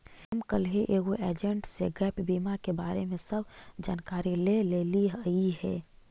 हम कलहे एगो एजेंट से गैप बीमा के बारे में सब जानकारी ले लेलीअई हे